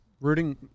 Rooting